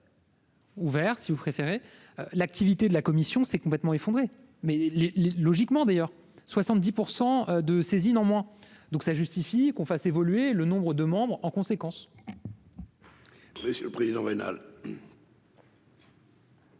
Ouvert si vous préférez l'activité de la commission s'est complètement effondré, mais les les logiquement d'ailleurs 70 % de saisines en moins, donc ça justifie qu'on fasse évoluer le nombre de membres en conséquence. Vous savez le président vénale.